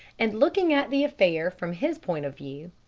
and looking at the affair from his point of view,